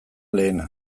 lehena